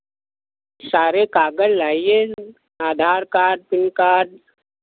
सारे कागज़ लाइये आधार कार्ड पैन कार्ड